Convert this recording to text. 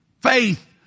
Faith